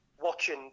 watching